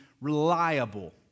reliable